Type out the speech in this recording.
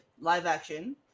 live-action